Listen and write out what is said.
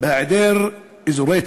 בהיעדר אזורי תעשייה,